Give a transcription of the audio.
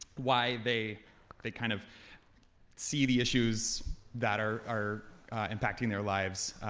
why they they kind of see the issues that are are impacting their lives.